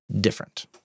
different